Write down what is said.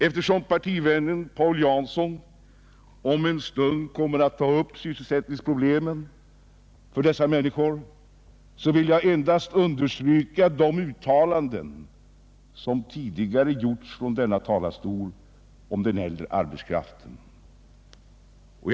Eftersom min partivän Paul Jansson om en stund kommer att ta upp dessa människors sysselsättningsproblem, vill jag endast understryka de uttalanden om den äldre arbetskraften som tidigare gjorts från kammarens talarstol.